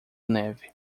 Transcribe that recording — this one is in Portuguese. neve